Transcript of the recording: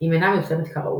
אם אינה מיושמת כראוי.